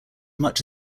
much